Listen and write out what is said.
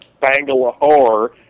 Bangalore